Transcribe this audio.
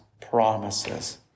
promises